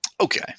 Okay